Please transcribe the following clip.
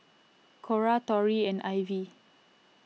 Cora Tory and Ivy